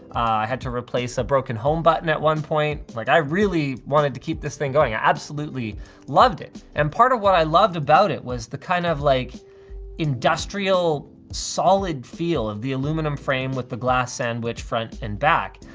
i had to replace the ah broken home button at one point, like i really wanted to keep this thing going. i absolutely loved it. and part of what i loved about it was the kind of like industrial solid feel of the aluminum frame with the glass sandwich, front and back.